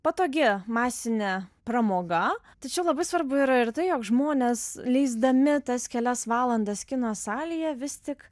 patogi masinė pramoga tačiau labai svarbu yra ir tai jog žmonės leisdami tas kelias valandas kino salėje vis tik